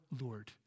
Lord